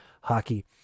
Hockey